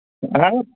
हा